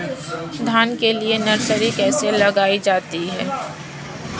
धान के लिए नर्सरी कैसे लगाई जाती है?